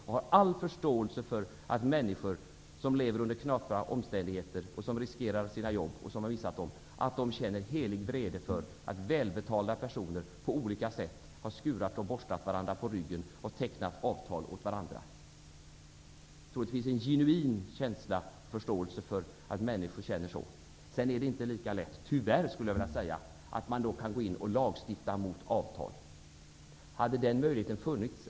Jag har all förståelse för att människor, som lever under knappa omständigheter och som riskerar sina jobb eller som redan har mist dem, känner helig vrede över att välbetalda personer på olika sätt har skurat och borstat varandra på ryggen och att de har tecknat avtal åt varandra. Det är troligtvis en genuin känsla, och jag har förståelse för att människor känner så. Tyvärr är det inte lätt att lagstifta mot sådana avtal.